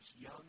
young